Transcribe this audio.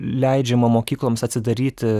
leidžiama mokykloms atsidaryti